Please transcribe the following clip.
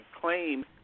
claim